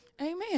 Amen